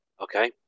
Okay